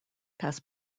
past